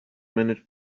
manage